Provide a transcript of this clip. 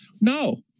No